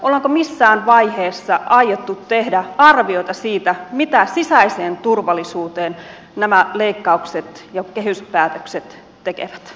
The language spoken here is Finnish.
onko missään vaiheessa aiottu tehdä arviota siitä mitä nämä leikkaukset sisäiseen turvallisuuteen ja kehyspäätökset tekevät